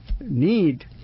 need